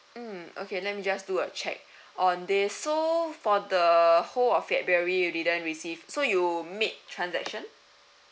mm okay let me just do a check on they so for the whole of february you didn't receive so you made transaction